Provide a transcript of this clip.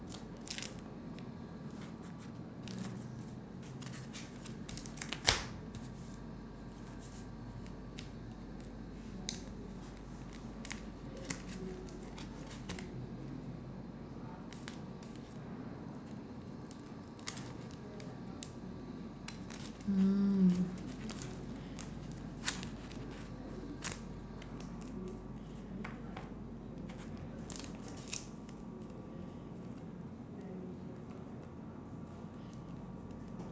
mm